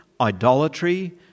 idolatry